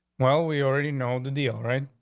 well, we already know the deal, right?